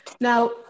Now